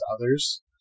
others